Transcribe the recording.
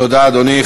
תודה, אדוני.